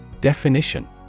Definition